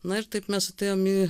na ir taip mes atėjom į